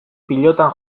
pilotan